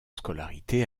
scolarité